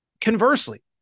Conversely